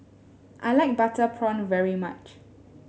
I like Butter Prawn very much